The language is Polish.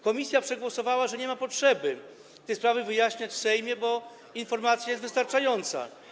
Komisja przegłosowała, że nie ma potrzeby tej sprawy wyjaśniać w Sejmie, bo informacja jest wystarczająca.